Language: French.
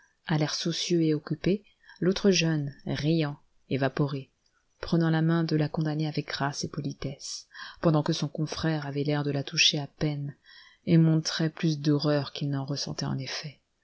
à l'air soucieux et occupé l'autre jeune riant évaporé prenant la main de la condamnée avec grâce et politesse pendant que son confrère avait l'air de la toucher à peine et montrait plus d'horreur qu'il n'en ressentait en effet